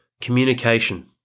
Communication